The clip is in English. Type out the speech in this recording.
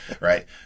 right